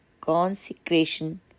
consecration